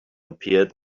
appeared